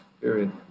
period